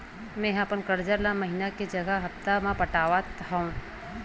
मेंहा अपन कर्जा ला महीना के जगह हप्ता मा पटात हव